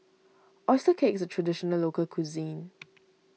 Oyster Cake is a Traditional Local Cuisine